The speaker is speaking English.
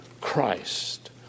Christ